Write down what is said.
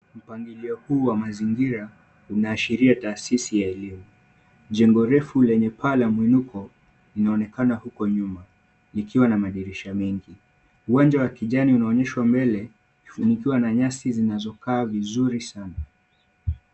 Mpangilio huu wa mazingira unaashiria taasisi ya elimu. Jengo refu lenye paa la mwinuko, linaonekana huko nyuma likiwa na madirisha mengi. Uwanja wa kijani unaonyeshwa mbele, ukifunikiwa na nyasi zinazokaa vizuri sana.